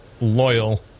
loyal